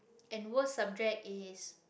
and worst subject is